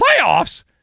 Playoffs